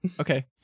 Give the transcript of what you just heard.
Okay